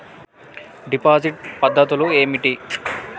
Deposit పద్ధతులు ఏమిటి?